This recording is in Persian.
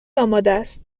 آمادست